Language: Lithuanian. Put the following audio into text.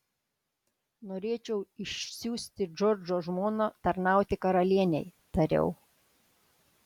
norėčiau išsiųsti džordžo žmoną tarnauti karalienei tariau